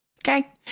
okay